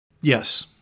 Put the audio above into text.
Yes